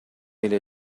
эле